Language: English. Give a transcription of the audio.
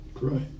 Right